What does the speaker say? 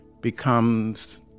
becomes